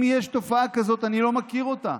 אם יש תופעה כזאת, אני לא מכיר אותה.